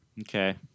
Okay